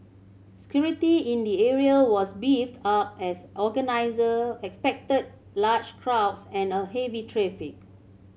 security in the area was beefed up as organiser expected large crowds and a heavy traffic